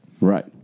Right